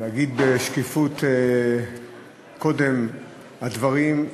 אגיד בשקיפות, קודם הדברים,